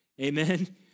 Amen